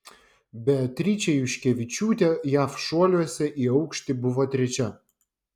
beatričė juškevičiūtė jav šuoliuose į aukštį buvo trečia